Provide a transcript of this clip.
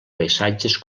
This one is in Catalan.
paisatges